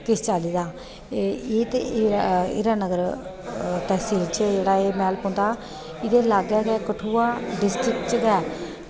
किश चाल्ली दा एह् ते हीरा हीरानगर तसील च जेह्ड़ा एह् मैह्ल पौंदा एह्दे लागै गै कठुआ डिस्ट्रिक्ट च गै